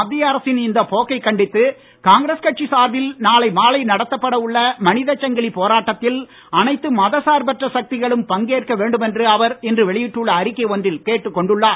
மத்திய அரசின் இந்த போக்கை கண்டித்து காங்கிரஸ் கட்சி சார்பில் நாளை மாலை நடத்தப்பட உள்ள மனித சங்கிலி போராட்டத்தில் அனைத்து மத சார்பற்ற சக்திகளும் பங்கேற்க வேண்டும் என்று அவர் இன்று வெளியிட்டுள்ள அறிக்கை ஒன்றில் கேட்டுக் கொண்டுள்ளார்